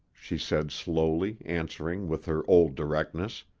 she said slowly, answering with her old directness.